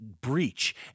breach